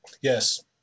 Yes